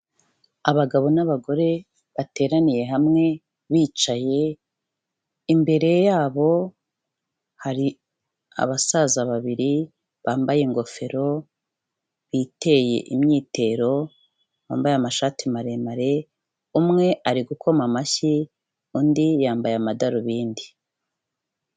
Abagabo n'abagore bateraniye hamwe bicaye, imbere yabo hari abasaza babiri bambaye ingofero biteye imyitero, bambaye amashati maremare, umwe ari gukoma amashyi, undi yambaye amadarubindi.